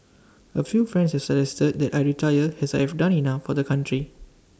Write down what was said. A few friends have suggested that I retire as I have done enough for the country